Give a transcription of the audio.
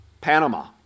Panama